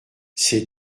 c’est